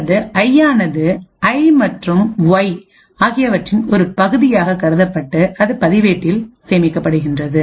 அல்லது ஐயானது ஐ மற்றும் ஒய்ஆகியவற்றின் ஒரு பகுதியாக கருதப்பட்டுஅது பதிவேட்டில் சேமிக்கப்படுகின்றது